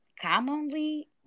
commonly